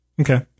Okay